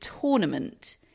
tournament